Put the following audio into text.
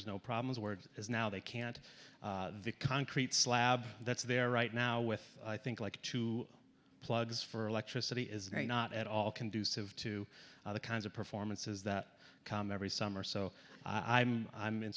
's no problems word is now they can't the concrete slab that's there right now with i think like two plugs for electricity is not at all conducive to the kinds of performances that come every summer so i'm i'm in